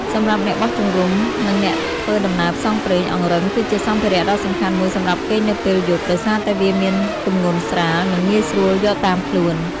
សម្រាប់អ្នកបោះជំរុំ និងអ្នកធ្វើដំណើរផ្សងព្រេង អង្រឹងគឺជាសម្ភារៈដ៏សំខាន់មួយសម្រាប់គេងនៅពេលយប់ ដោយសារតែវាមានទម្ងន់ស្រាល និងងាយស្រួលយកតាមខ្លួន។